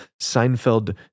Seinfeld